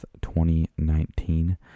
2019